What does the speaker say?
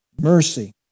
Mercy